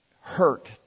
hurt